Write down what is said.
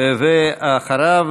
ואחריו,